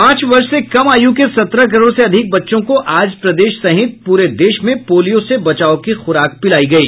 पांच वर्ष से कम आयु के सत्रह करोड़ से अधिक बच्चों को आज प्रदेश सहित पूरे देश में पोलियो से बचाव की खुराक पिलाई गई